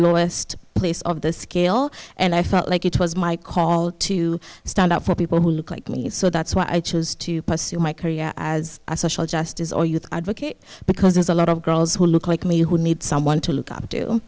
lowest place of the scale and i felt like it was my call to stand up for people who look like me so that's why i chose to pursue my career as a social justice or youth advocate because there's a lot of girls who look like me who need someone to look up to